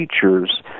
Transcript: features